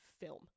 film